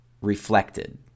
reflected